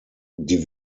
die